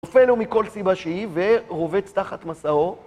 נופל הוא מכל סיבה שהיא, ורובץ תחת מסעו.